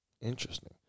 Interesting